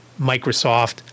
Microsoft